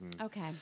Okay